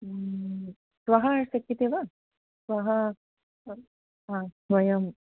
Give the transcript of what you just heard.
श्वः शक्यते वा श्वः हा वयम्